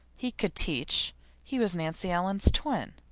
he could teach he was nancy ellen's twin.